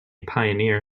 pioneer